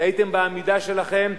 טעיתם בעמידה שלכם,